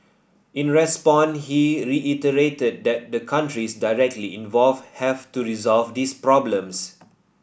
in response he reiterated that the countries directly involved have to resolve these problems